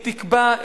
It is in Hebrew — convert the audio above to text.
היא תגביל